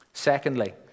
Secondly